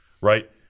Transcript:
Right